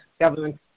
government